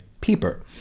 Peeper